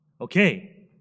Okay